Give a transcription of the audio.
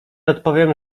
odpowiem